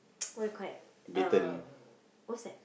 what you call that uh what's that